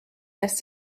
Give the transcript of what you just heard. lässt